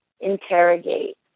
interrogate